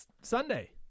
Sunday